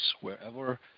wherever